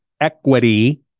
equity